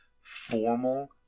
formal